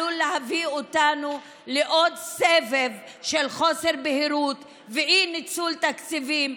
עלול להביא אותנו לעוד סבב של חוסר בהירות ואי-ניצול תקציבים.